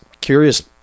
curious